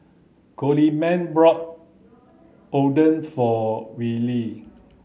Coleman brought Oden for Willy